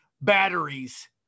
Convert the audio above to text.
batteries